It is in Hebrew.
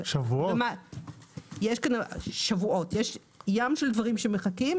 יש ים של דברים שמחכים.